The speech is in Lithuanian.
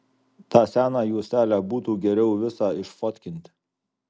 tą seną juostelę būtų geriau visą išfotkinti